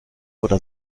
oder